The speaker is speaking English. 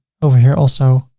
over here also